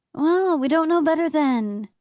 well! we don't know better, then,